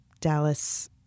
Dallas